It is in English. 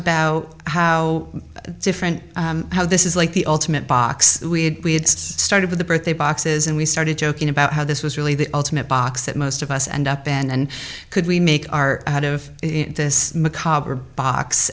about how different how this is like the ultimate box we had started with the birthday boxes and we started joking about how this was really the ultimate box that most of us end up in and could we make our out of this macabre box